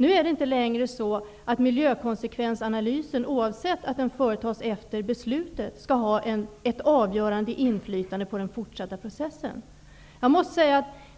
Nu skall inte längre miljökonsekvensanalysen, oavsett att den företas efter beslutet, ha ett avgörande inflytande på den fortsatta processen.